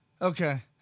Okay